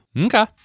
Okay